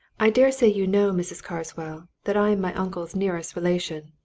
i dare say you know, mrs. carswell, that i am my uncle's nearest relation.